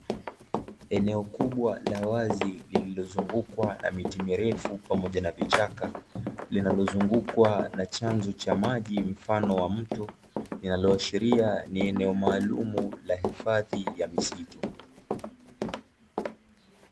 Eneo kubwa la wazi lililozungukwa na miti mirefu pamoja na vichaka, linalozungukwa na chanzo cha maji mfano wa mto, linaloashiria ni eneo maalumu la hifadhi ya misitu.